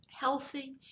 healthy